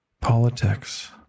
politics